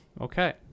Okay